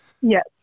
yes